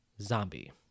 Zombie